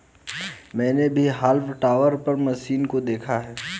मैंने भी haulm topper की मशीन को देखा है